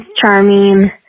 charming